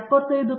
professor